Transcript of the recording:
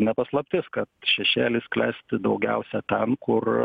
ne paslaptis kad šešėlis klesti daugiausia ten kur